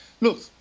look